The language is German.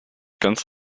ganz